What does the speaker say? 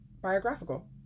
Biographical